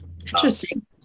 Interesting